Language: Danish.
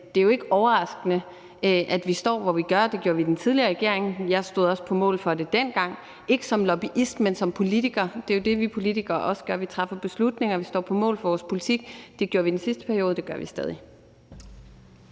det er jo ikke overraskende, at vi står, hvor vi gør. Det gjorde vi i den tidligere regering; jeg stod også på mål for det dengang – ikke som lobbyist, men som politiker. Det er jo det, vi politikere også gør: Vi træffer beslutninger, vi står på mål for vores politik. Det gjorde vi i den sidste periode, og det gør vi stadig.